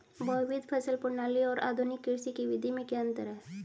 बहुविध फसल प्रणाली और आधुनिक कृषि की विधि में क्या अंतर है?